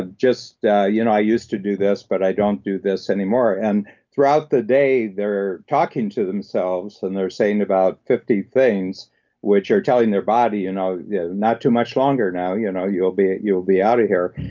and you know i used to do this, but i don't do this anymore. and throughout throughout the day, they're talking to themselves, and they're saying about fifty things which are telling their body, you know yeah not too much longer, now, you know you'll be you'll be out of here.